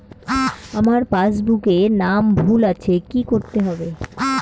আমার পাসবুকে নাম ভুল আছে কি করতে হবে?